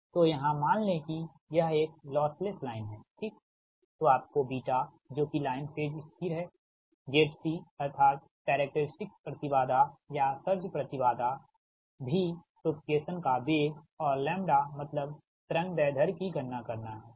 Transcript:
तो यहाँ मान लें कि यह एक लॉस लाइन है ठीक तो आपको बीटा जो कि लाइन फेज स्थिर है ZC अथार्त कैरेक्टेरिस्टक्स प्रति बाधा या सर्ज प्रति बाधा v प्रोपगेसन का वेग और लैम्ब्डा मतलब तरंग दैर्ध्य कि गणना करना है ठीक